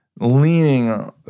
Leaning